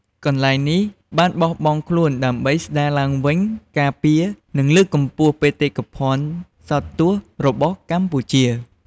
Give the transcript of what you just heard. កន្លែងនេះបានលះបង់ខ្លួនដើម្បី ស្ដារឡើងវិញ ការពារ និងលើកកម្ពស់បេតិកភណ្ឌសោតទស្សន៍ របស់កម្ពុជា។